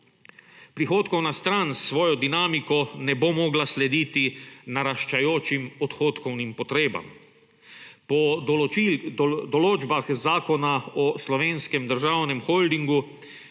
Prihodkovna stran s svojo dinamiko ne bo mogla slediti naraščajočim odhodkovnim potrebam. Po določbah Zakona o Slovenskem državnem holdingu